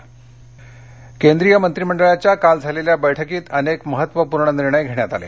मंत्रीमंडळ निर्णय केंद्रीय मंत्रीमंडळाच्या काल झालेल्या बैठकीत अनेक महत्त्वपूर्ण निर्णय घेण्यात आले